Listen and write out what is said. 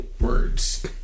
words